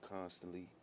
constantly